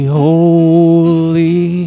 holy